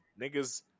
niggas